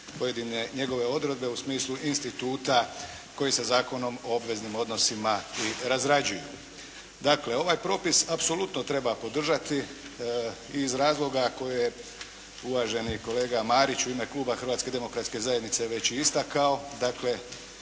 pojedine njegove odredbe u smislu instituta koji se Zakonom o obveznim odnosima i razrađuju. Dakle ovaj propis apsolutno treba podržati i iz razloga koje je uvaženi kolega Marić u ime kluba Hrvatske demokratske zajednice već i istakao,